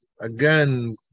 again